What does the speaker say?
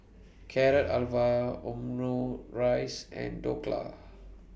Carrot Halwa Omurice and Dhokla